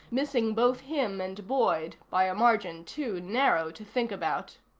missing both him and boyd by a margin too narrow to think about.